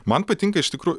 man patinka iš tikrų